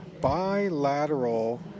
bilateral